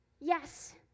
Yes